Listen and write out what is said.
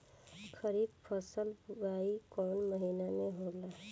खरीफ फसल क बुवाई कौन महीना में होला?